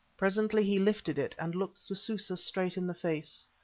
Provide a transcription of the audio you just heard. presently he lifted it and looked sususa straight in the face.